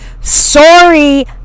sorry